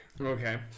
Okay